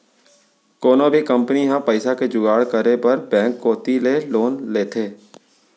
कोनो भी कंपनी ह पइसा के जुगाड़ करे बर बेंक कोती ले लोन लेथे